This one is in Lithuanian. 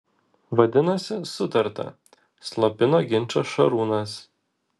vadinasi sutarta slopino ginčą šarūnas